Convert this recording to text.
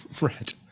red